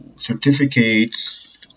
certificates